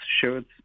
shirts